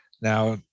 Now